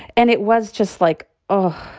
and it was just like ugh.